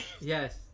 Yes